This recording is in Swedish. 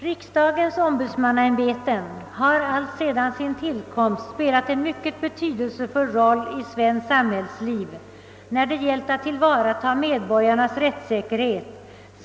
Herr talman! Endast några korta kommentarer till det föreliggande förslaget om en effektivisering av statsrevisorernas verksamhet.